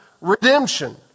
redemption